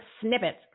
snippets